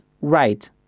right